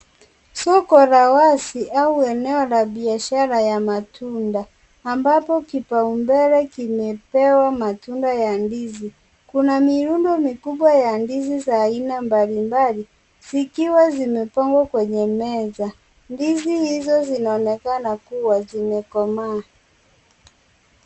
Soko la wazi au eneo la biashara ya matunda ambapo kipaumbele kimepewa matunda ya ndizi. Kuna mirundo mikubwa ya ndizi za aina mbalimbali, zikiwa zimepangwa kwenye meza. Ndizi hizo zinaonekana kuwa zimekomaa.